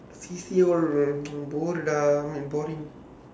C_C_A all uh bored ah boring